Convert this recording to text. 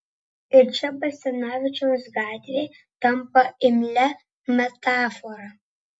ir čia basanavičiaus gatvė tampa imlia metafora